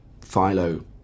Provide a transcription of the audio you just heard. Philo